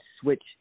switch